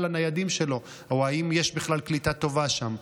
לניידים שלו או אם יש בכלל קליטה טובה שם.